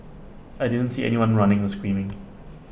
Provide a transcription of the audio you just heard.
I didn't see anyone running or screaming